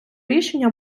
рішення